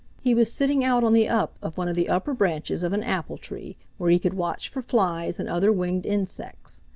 he was sitting out on the up of one of the upper branches of an apple-tree where he could watch for flies and other winged insects.